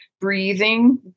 Breathing